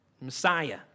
Messiah